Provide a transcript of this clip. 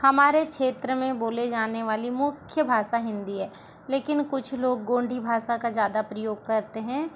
हमारे क्षेत्र मे बोले जाने वाली मुख्य भाषा हिन्दी है लेकिन कुछ लोग गोंडि भाषा का ज़्यादा प्रयोग करते हैं